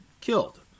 killed